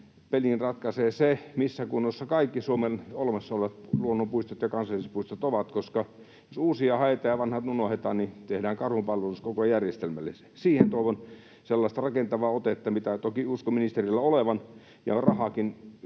pelin ratkaisee se, missä kunnossa kaikki Suomen olemassa olevat luonnonpuistot ja kansallispuistot ovat, koska jos uusia haetaan ja vanhat unohdetaan, niin tehdään karhunpalvelus koko järjestelmälle. Siihen toivon sellaista rakentavaa otetta, mitä toki uskon ministerillä olevan. Ja rahaakin